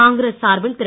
காங்கிரஸ் சார்பில் திரு